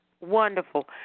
Wonderful